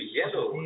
yellow